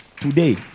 today